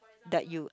that you